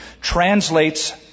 translates